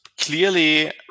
clearly